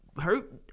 hurt